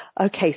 Okay